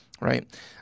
Right